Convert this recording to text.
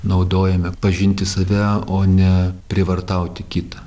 naudojame pažinti save o ne prievartauti kitą